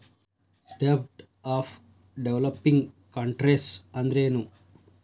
ಡೆಬ್ಟ್ of developing countries ಅಂದ್ರೇನು?